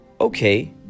okay